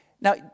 Now